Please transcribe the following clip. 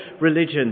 religion